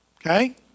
Okay